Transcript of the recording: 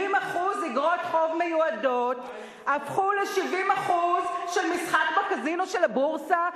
70% איגרות חוב מיועדות הפכו ל-70% של משחק בקזינו של הבורסה,